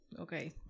Okay